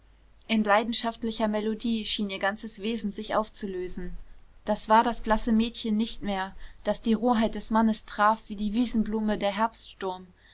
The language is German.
in leidenschaftlicher melodie schien ihr ganzes wesen sich aufzulösen das war das blasse mädchen nicht mehr das die roheit des mannes traf wie die wiesenblume der herbststurm